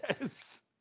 Yes